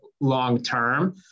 long-term